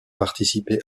participé